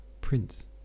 prince